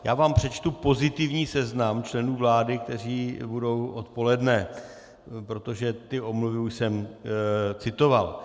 Já vám přečtu pozitivní seznam členů vlády, kteří budou odpoledne, protože omluvy už jsem citoval.